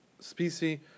species